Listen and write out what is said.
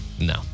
No